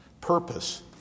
purpose